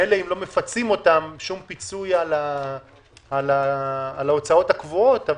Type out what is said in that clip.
לא מפצים אותם בפיצוי כלשהו על ההוצאות הקבועות,